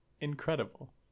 incredible